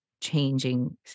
changing